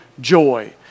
joy